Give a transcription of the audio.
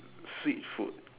sweet food